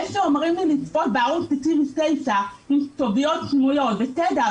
זה שאומרים לי לצפות בערוץ 99 עם כתוביות סמויות בסדר,